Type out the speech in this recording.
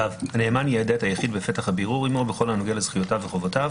"(ו) הנאמן יידע את היחיד בפתח הבירור עמו בכל הנוגע לזכויותיו וחובותיו